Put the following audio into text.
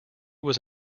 was